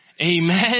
Amen